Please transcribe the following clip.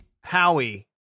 Howie